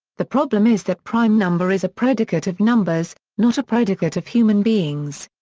the problem is that prime number is a predicate of numbers, not a predicate of human beings.